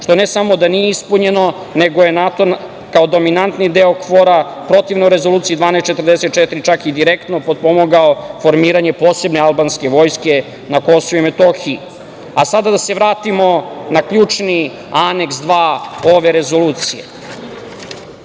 što ne samo da nije ispunjeno, nego je NATO kao dominantni deo KFOR-a, protivno Rezoluciji 1244, čak i direktno potpomogao formiranje posebne albanske vojske na KiM.Sada da se vratimo na ključni Aneks 2 ove Rezolucije.